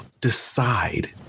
decide